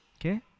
Okay